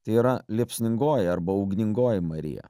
tai yra liepsningoji arba ugningoji marija